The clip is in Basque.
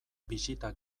bisita